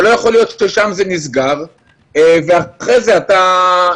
אבל לא יכול להיות ששם זה נסגר ואנחנו לא